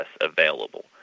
available